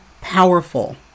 powerful